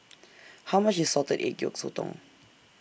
How much IS Salted Egg Yolk Sotong